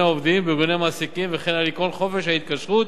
עובדים ובארגוני מעסיקים וכן על עקרון חופש ההתקשרות